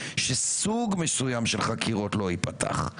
שסוג מסוים של חקירות לא ייפתח,